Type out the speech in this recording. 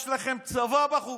יש לכם צבא בחוץ.